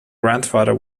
grandfather